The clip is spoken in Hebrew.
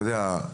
אתה יודע,